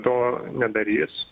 to nedarys